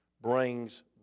brings